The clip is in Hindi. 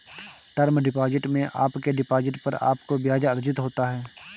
टर्म डिपॉजिट में आपके डिपॉजिट पर आपको ब्याज़ अर्जित होता है